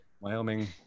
Wyoming